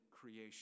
creation